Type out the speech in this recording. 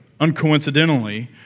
uncoincidentally